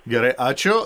gerai ačiū